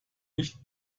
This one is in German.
nicht